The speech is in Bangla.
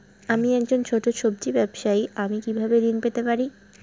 আমি একজন ছোট সব্জি ব্যবসায়ী আমি কিভাবে ঋণ পেতে পারি?